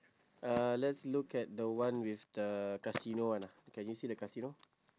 uh let's look at the one with the casino [one] lah can you see the casino